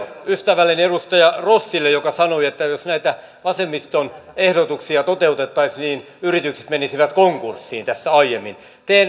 ystävälleni edustaja rossille joka sanoi tässä aiemmin että jos näitä vasemmiston ehdotuksia toteutettaisiin niin yritykset menisivät konkurssiin